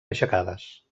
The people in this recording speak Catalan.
aixecades